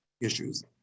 issues